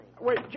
Wait